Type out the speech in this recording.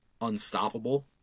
unstoppable